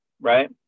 right